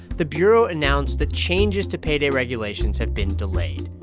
the bureau announced that changes to payday regulations have been delayed.